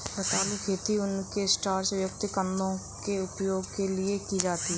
रतालू खेती उनके स्टार्च युक्त कंदों के उपभोग के लिए की जाती है